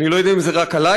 אני לא יודע אם זה רק הלילה,